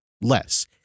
less